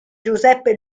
giuseppe